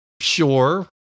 sure